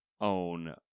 own